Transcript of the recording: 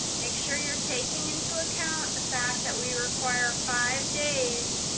make sure you're taking into account the fact that we require five days